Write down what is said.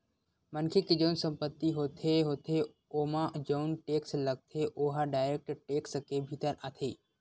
मनखे के जउन संपत्ति होथे होथे ओमा जउन टेक्स लगथे ओहा डायरेक्ट टेक्स के भीतर आथे